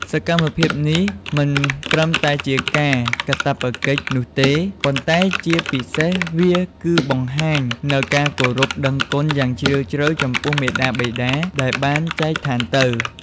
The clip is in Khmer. សកម្មភាពនេះមិនត្រឹមតែជាការកាតព្វកិច្ចនោះទេ ប៉ុន្តែជាពិសេសវាគឺការបង្ហាញនូវការគោរពដឹងគុណយ៉ាងជ្រាលជ្រៅចំពោះមាតាបិតាដែលបានចែកឋានទៅ។